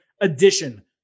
edition